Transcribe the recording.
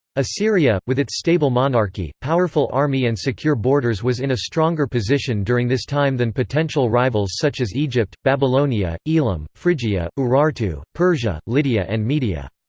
assyria, with its stable monarchy, powerful army and secure borders was in a stronger position during this time than potential rivals such as egypt, babylonia, elam, phrygia, urartu, persia, lydia lydia and media.